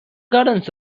gardens